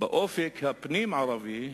באופק הפנים-ערבי,